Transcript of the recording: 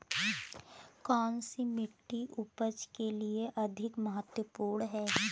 कौन सी मिट्टी उपज के लिए अधिक महत्वपूर्ण है?